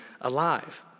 alive